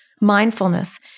mindfulness